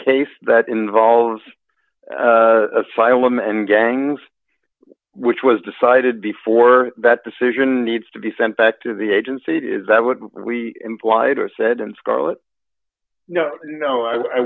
case that involves asylum and gangs which was decided before that decision needs to be sent back to the agency is that would we implied or said in scarlet no no i